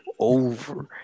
over